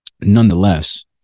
nonetheless